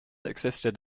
existed